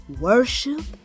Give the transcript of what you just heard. worship